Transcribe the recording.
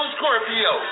Scorpio